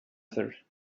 desert